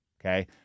Okay